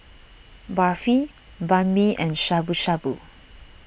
Barfi Banh Mi and Shabu Shabu